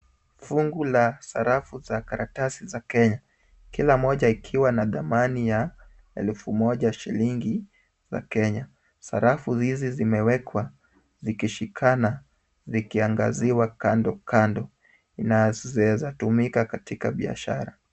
Fungu la sarafu za karatasi za Kenya kila moja ikiwa na dhamani ya elfu moja shilingi za Kenya. Sarafu hizi zimewekwa zikishikana zikiangaziwa kando kando. Inawezatumika katika biashara.